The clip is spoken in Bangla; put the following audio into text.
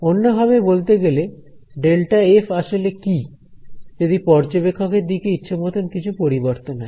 অন্যভাবে বলতে গেলে ডেল্টা এফ আসলে কি যদি পর্যবেক্ষকের দিকে ইচ্ছামত কিছু পরিবর্তন হয়